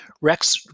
Rex